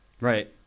Right